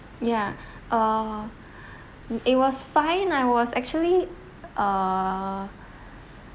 ya uh it was fine I was actually uh